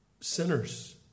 sinners